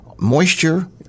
Moisture